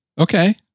okay